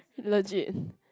legit